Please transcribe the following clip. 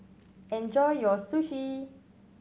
enjoy your Sushi